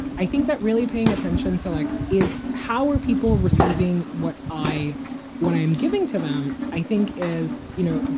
i think that really paying attention to like is how are people receiving what i what i'm giving to them, i think is, you know,